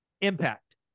impact